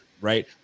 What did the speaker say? right